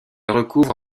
recouvre